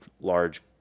large